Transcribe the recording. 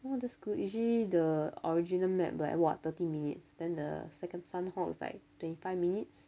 oh that's good usually the original map like what thirty minutes then the second sanhok is like twenty five minutes